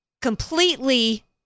completely